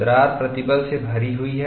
दरार प्रतिबल से भरी हुई है